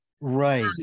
right